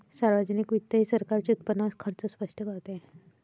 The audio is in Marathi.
सार्वजनिक वित्त हे सरकारचे उत्पन्न व खर्च स्पष्ट करते